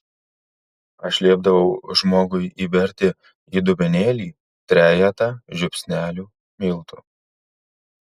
aš liepdavau žmogui įberti į dubenėlį trejetą žiupsnelių miltų